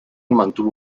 mantuvo